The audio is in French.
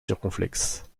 circonflexe